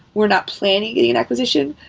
we're not planning getting an acquisition.